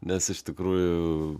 nes iš tikrųjų